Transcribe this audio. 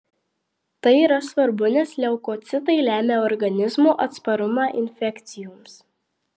tai yra svarbu nes leukocitai lemia organizmo atsparumą infekcijoms